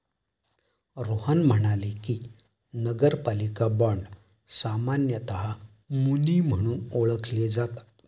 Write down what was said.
रोहन म्हणाले की, नगरपालिका बाँड सामान्यतः मुनी म्हणून ओळखले जातात